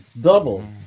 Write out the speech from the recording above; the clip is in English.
Double